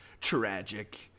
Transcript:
tragic